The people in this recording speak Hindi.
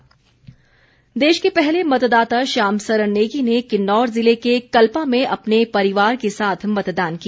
श्याम सरण देश के पहले मतदाता श्याम सरण नेगी ने किन्नौर ज़िले के कल्पा में अपने परिवार के साथ मतदान किया